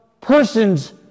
persons